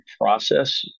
process